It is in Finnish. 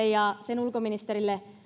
ja sen ulkoministerille